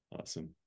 Awesome